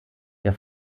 der